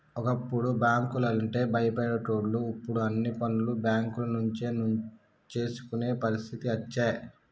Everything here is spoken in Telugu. ఒకప్పుడు బ్యాంకు లంటే భయపడేటోళ్లు ఇప్పుడు అన్ని పనులు బేంకుల నుంచే చేసుకునే పరిస్థితి అచ్చే